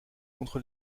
contre